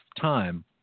time